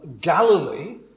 Galilee